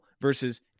Versus